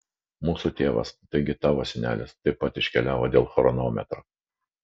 mūsų tėvas taigi tavo senelis taip pat iškeliavo dėl chronometro